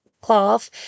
cloth